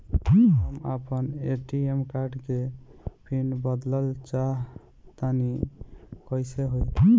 हम आपन ATM card के पीन बदलल चाहऽ तनि कइसे होई?